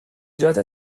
جات